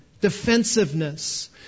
defensiveness